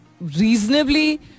reasonably